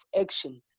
action